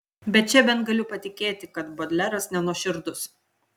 bet čia bent galiu patikėti kad bodleras nenuoširdus